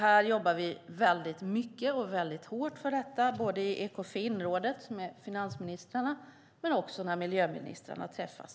Vi jobbar väldigt mycket och väldigt hårt för detta i Ekofinrådet med finansministrarna och också när miljöministrarna träffas.